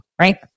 Right